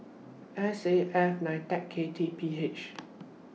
S A F NITEC K T P H